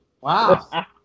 Wow